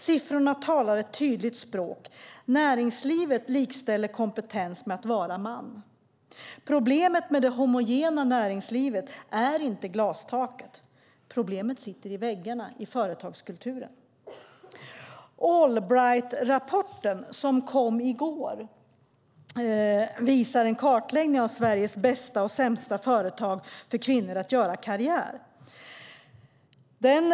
Siffrorna talar ett tydligt språk. Näringslivet likställer kompetens med att vara man. Problemet med det homogena näringslivet är inte glastaket. Problemet sitter i väggarna, i företagskulturen. Allbrightrapporten som kom i går visar en kartläggning av Sveriges bästa och sämsta företag för kvinnor att göra karriär i.